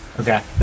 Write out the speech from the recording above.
Okay